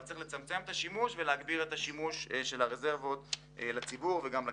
אבל צריך לצמצם את השימוש ולהגביר העברה לטובת הציבור והכנסת.